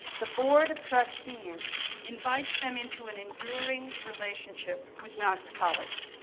the board of trustees invites them into an enduring relationship with knox college.